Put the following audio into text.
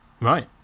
right